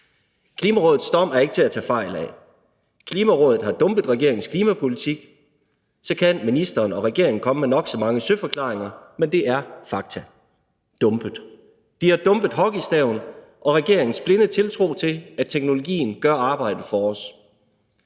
Klimarådets dom er ikke til at tage fejl af. Klimarådet har dumpet regeringens klimapolitik. Så kan ministeren og regeringen komme med nok så mange søforklaringer, men det er fakta: dumpet. De har dumpet hockeystaven og regeringens blinde tiltro til, at teknologien gør arbejdet for os.